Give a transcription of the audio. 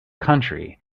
country